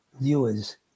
viewers